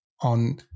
on